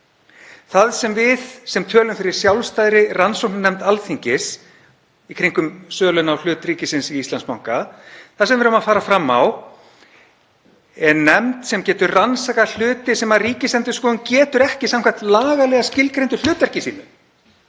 Það sem við sem tölum fyrir sjálfstæðri rannsóknarnefnd Alþingis í kringum sölu á hlut ríkisins í Íslandsbanka erum að fara fram á er nefnd sem getur rannsakað hluti sem Ríkisendurskoðun getur ekki samkvæmt lagalega skilgreindu hlutverki sínu.